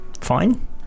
fine